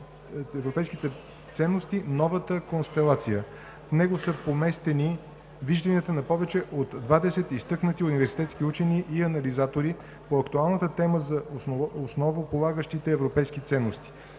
професор Георги Фотев. В него са поместени вижданията на повече от 20 изтъкнати университетски учени и анализатори по актуалната тема за основополагащите европейски ценности.